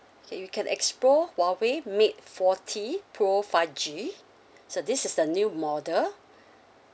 okay you can explore Huawei mate forty pro five G so this is the new model